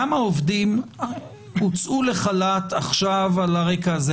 כמה עובדים הוצאו לחל"ת עכשיו על הרקע הזה?